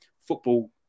football